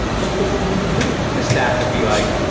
what they were going to do the staff would be like,